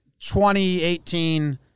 2018